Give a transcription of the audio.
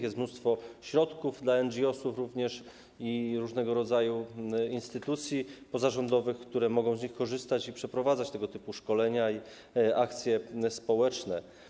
Jest mnóstwo środków, również dla NGOs i różnego rodzaju instytucji pozarządowych, które mogą z nich korzystać i przeprowadzać tego typu szkolenia i akcje społeczne.